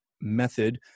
method